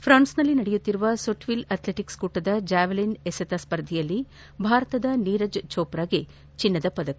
ಫ್ರಾನ್ಸ್ನಲ್ಲಿ ನಡೆಯುತ್ತಿರುವ Sotteville athletics ಕೂಟದ ಜಾವೆಲಿನ್ ಎಸೆತ ಸ್ಪರ್ಧೆಯಲ್ಲಿ ಭಾರತದ ನೀರಜ್ ಜೋಪ್ರಾಗೆ ಚಿನ್ನದ ಪದಕ